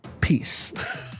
peace